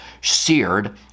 seared